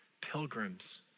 Pilgrims